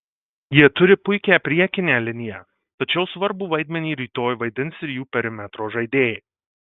jie turi puikią priekinę liniją tačiau svarbų vaidmenį rytoj vaidins ir jų perimetro žaidėjai